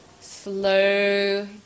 Slow